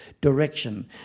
direction